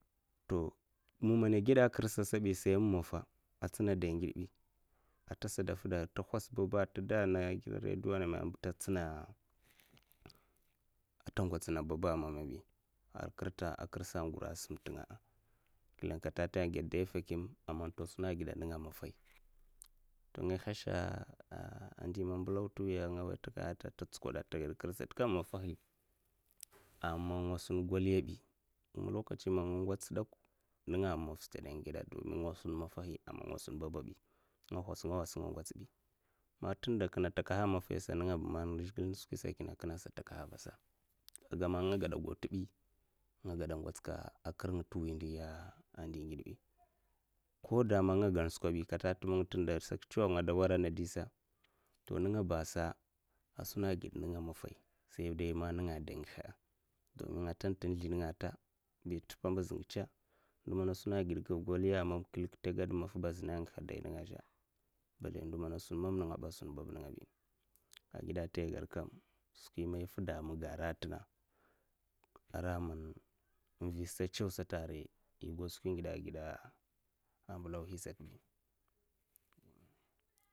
To ma mana agèdè a kirsa asabi sai ma maffa, atsina dai ngide ata sa da fida had'ta hos babba tè da nda gidan radio ana na mama ba, nta ntsina ata ngwots na baba ah mama bi nhar kirsa a guro asumta nga kiln kata nta a gèdè dayi fèkimè am amma man ta suna gad nènga maffahi, to nga nhashè ndi man mbalau nte tè wi man ata tsuko da ata god kirsata kam maffahi, aman nga sun goliya bi nga lokachin man nga ngotsa de kwa nenga mum maff stadsa ana gada a' domin nga sun maffahi ama nga sun babba bi nga nhwas nga nhwas nga ngots bi man ntene da kinne ntakaha maffai sa nenga ba man zhigile skwisa kine akina ntakaha avasa kaga man nga gada gau nte bi nga ngada ngatska krnga netwi ndihiya ngide bi koda man nga gan skwa bi nkatan nta bi ntun ndè man sak chèw angada warana a ɗi sa a nto nenga basa a suna gidè man nènga maffa sai man nènga man adè n'gihè a nènga tanta a zlin nga nta ndiyin nte mpambuz nguche ndo man asun agidè goliya man nka kilik nta gwod mu maffa azina a ngihè dayi nenga aza bale ndo man asun mam'nenga bi ah bab'nenga bi agida ta ay gada kam skwi man yè fid aa muga arant 'tena aran man mvi stad, cew' sata arai eh yè gau skwi ngide agidè a mbèlauhi sata mènè